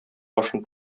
башын